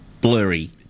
blurry